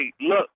look